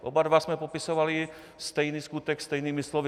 Oba jsme popisovali stejný skutek stejnými slovy.